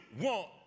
want